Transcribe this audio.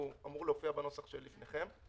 והוא אמור להופיע בנוסח לפניכם.